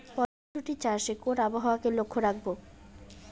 মটরশুটি চাষে কোন আবহাওয়াকে লক্ষ্য রাখবো?